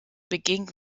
beging